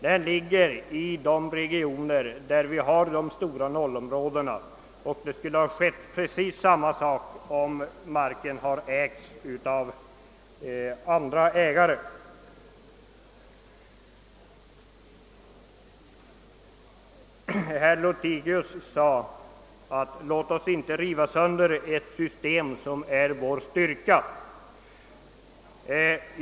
De ligger i de regioner där de stora 0-områdena finns. Precis samma förhållande skulle ha inträtt om marken hade innehafts av andra ägare. Herr Lothigius sade att vi inte skall riva sönder ett system som är vår styrka.